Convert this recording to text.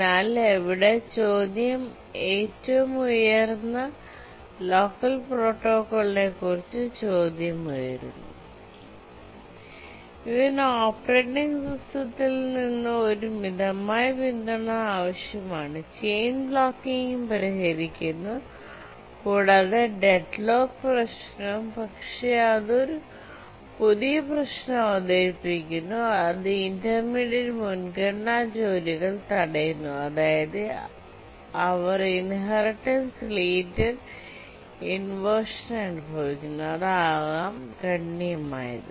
എന്നാൽ ഇവിടെ ഏറ്റവും ഉയർന്ന ലോക്കർ പ്രോട്ടോക്കോളിനെക്കുറിച്ച് ചോദ്യം ഉയരുന്നു ഇതിന് ഓപ്പറേറ്റിംഗ് സിസ്റ്റത്തിൽ നിന്ന് ഒരു മിതമായ പിന്തുണ ആവശ്യമാണ് ചെയിൻ ബ്ലോക്കിംഗും പരിഹരിക്കുന്നു കൂടാതെ ഡെഡ്ലോക്ക് പ്രശ്നവും പക്ഷേ അത് ഒരു പുതിയ പ്രശ്നം അവതരിപ്പിക്കുന്നു അത് ഇന്റർമീഡിയറ്റ് മുൻഗണനാ ജോലികൾ തടയുന്നു അതായത് അവർ ഇൻഹെറിറ്റൻസ് റിലേറ്റഡ് ഇൻവെർഷൻ അനുഭവിക്കുന്നു അതാകാം ഗണ്യമായത്